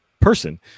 person